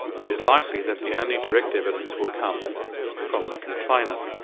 it is likely that the only direct evidence will come from the complainant.